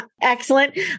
Excellent